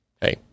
hey